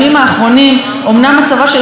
אבל כל המחנה שלנו מדשדש,